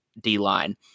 D-line